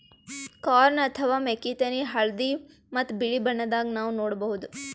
corn ಅಥವಾ ಮೆಕ್ಕಿತೆನಿ ಹಳ್ದಿ ಮತ್ತ್ ಬಿಳಿ ಬಣ್ಣದಾಗ್ ನಾವ್ ನೋಡಬಹುದ್